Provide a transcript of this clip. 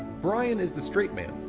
brian is the straight man,